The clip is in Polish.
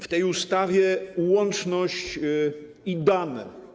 W tej ustawie: łączność i dane.